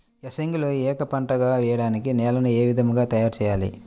ఏసంగిలో ఏక పంటగ వెయడానికి నేలను ఏ విధముగా తయారుచేయాలి?